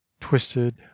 twisted